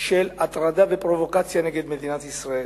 של הטרדה ופרובוקציה נגד מדינת ישראל.